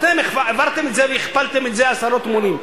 אתם העברתם את זה והכפלתם את זה עשרות מונים.